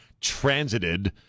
transited